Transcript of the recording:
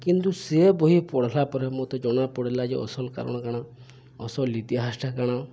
କିନ୍ତୁ ସେ ବହି ପଢ଼୍ଲା ପରେ ମତେ ଜଣାପଡ଼୍ଲା ଯେ ଅସଲ୍ କାରଣ୍ କାଣା ଅସଲ୍ ଇତିହାସ୍ଟା କାଣା